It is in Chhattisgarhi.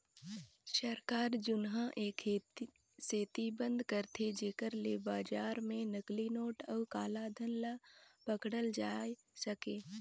सरकार जुनहा ए सेती बंद करथे जेकर ले बजार में नकली नोट अउ काला धन ल पकड़ल जाए सके